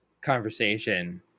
conversation